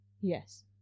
Yes